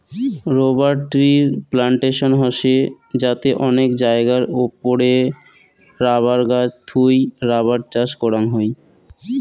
rubber ট্রির plantation হসে যাতে অনেক জায়গার ওপরে রাবার গাছ থুই রাবার চাষ করাং হই